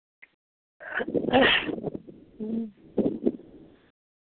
ह्म्म